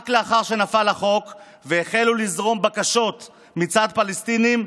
רק אחרי שנפל החוק והחלו לזרום בקשות מצד פלסטינים,